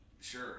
Sure